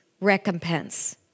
recompense